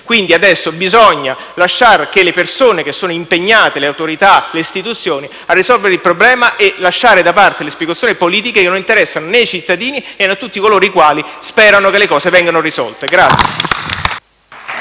momenti. Adesso bisogna lasciare che le persone impegnate, le autorità e le istituzioni risolvano il problema e lasciare da parte le speculazioni politiche che non interessano né i cittadini né tutti coloro i quali sperano che le cose vengono risolte.